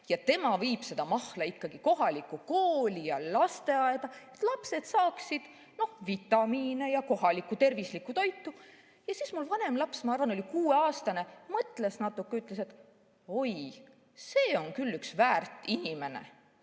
ja tema viib seda mahla kohaliku kooli ja lasteaeda, et lapsed saaksid vitamiine ja kohalikku tervislikku toitu. Siis mu vanem laps – ma arvan, ta oli kuueaastane – mõtles natuke ja ütles, et oi, see on küll üks väärt inimene.